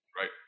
right